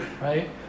right